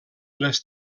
les